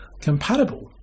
compatible